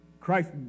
Christ